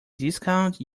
discount